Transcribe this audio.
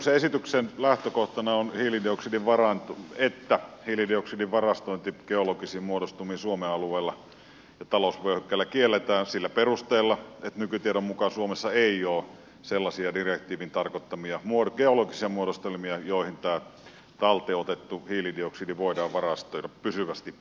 hallituksen esityksen lähtökohtana on että hiilidioksidin varastointi geologisiin muodostumiin suomen alueella ja talousvyöhykkeellä kielletään sillä perusteella että nykytiedon mukaan suomessa ei ole sellaisia direktiivin tarkoittamia geologisia muodostelmia joihin tämä talteen otettu hiilidioksidi voidaan varastoida pysyvästi